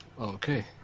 okay